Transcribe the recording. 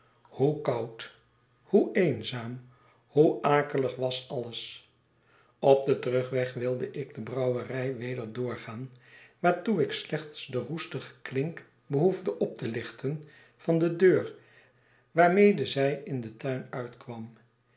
hoe koud hoe eenzaam hoe akelig was alles op den terugweg wilde ik de brouwerij weder doorgaan waartoe ik slechts de roestige klink behoefde op te lichten van de deur waarmede zij in den tuin uitkwam